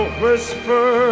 whisper